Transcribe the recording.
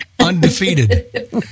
undefeated